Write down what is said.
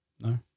No